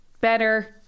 better